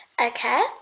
Okay